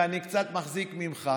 ואני קצת מחזיק ממך,